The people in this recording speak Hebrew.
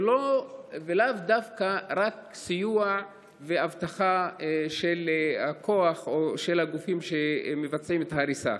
זה לאו דווקא רק סיוע ואבטחה של הכוח או של הגופים שמבצעים את ההריסה.